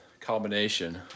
combination